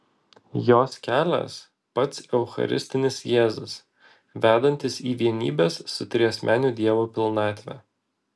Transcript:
jos kelias pats eucharistinis jėzus vedantis į vienybės su triasmeniu dievu pilnatvę